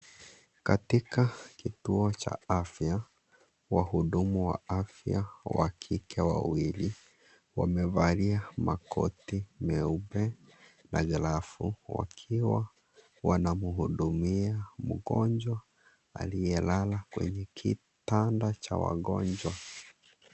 Katika kituo cha afya. Wahudumu wa afya wakike wawili, wamevalia makoti meupe na jalafu. Wakiwa wanamhudumia mgonjwa aliyelala kwenye kitanda cha wagonjwa.